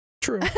True